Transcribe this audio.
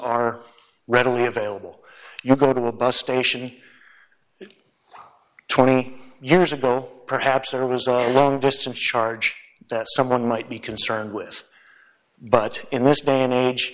are readily available you go to a bus station twenty years ago perhaps there was a long distance charge that someone might be concerned with but in this day and age